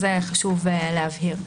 זה היה חשוב להבהיר.